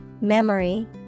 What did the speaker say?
memory